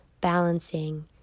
balancing